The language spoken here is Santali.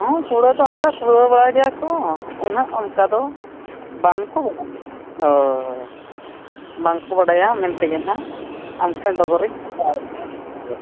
ᱦᱚᱸ ᱠᱩᱲᱟᱹᱣ ᱫᱚ ᱚᱱᱠᱟ ᱠᱩᱲᱟᱹᱣ ᱵᱟᱲᱟᱭ ᱜᱮᱭᱟ ᱠᱚ ᱩᱱᱟᱹᱜ ᱚᱱᱠᱟ ᱫᱚ ᱵᱟᱝᱠᱚ ᱦᱳᱭ ᱵᱟᱝᱠᱚ ᱵᱟᱰᱟᱭᱟ ᱢᱮᱱᱛᱮᱜᱮ ᱦᱟᱜ ᱟᱢ ᱴᱷᱮᱱ ᱰᱚᱜᱚᱴᱤᱧ ᱦᱟᱛᱟᱣ ᱮᱫᱟ ᱦᱳᱭ